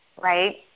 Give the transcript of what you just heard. right